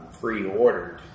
pre-ordered